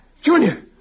Junior